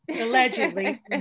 allegedly